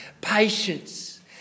patience